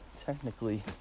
technically